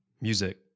music